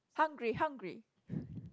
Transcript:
hungry hungry